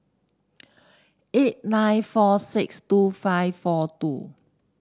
eight nine four six two five four two